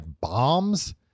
bombs